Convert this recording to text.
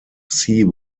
sea